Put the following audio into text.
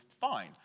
fine